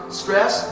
stress